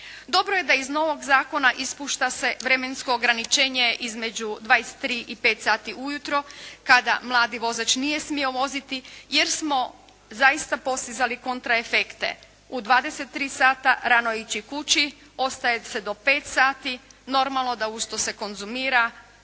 Dobro je da iz novog zakona ispušta se vremensko ograničenja između 23 i 5 sati ujutro kada mladi vozač nije smio voziti jer smo zaista postizali kontra efekte. U 23 sata rano je ići kući, ostaje se do 5 sati. Normalno da uz to se konzumira